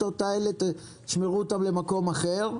תשמרו אותם למקום אחר.